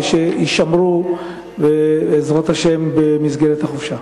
ושיישמרו בעזרת השם במסגרת החופשה.